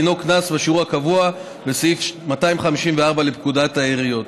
דינו קנס בשיעור הקבוע בסעיף 254 לפקודת העיריות,